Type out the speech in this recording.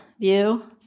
view